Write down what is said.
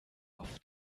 auf